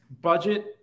budget